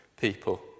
people